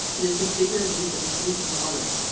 it is a bigger need than food and water.